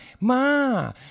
Ma